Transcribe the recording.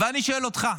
ואני שואל אותך,